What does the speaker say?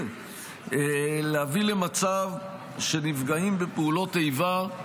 להביא למצב שנפגעים בפעולות איבה,